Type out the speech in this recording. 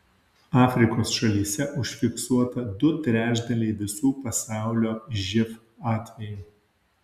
afrikos šalyse užfiksuota du trečdaliai visų pasaulio živ atvejų